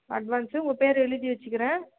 advance உங்கள் பேரை எழுதி வைச்சிக்கிறன்